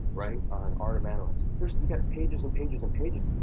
right? on art of manliness, you've got pages and pages and pages